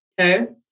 okay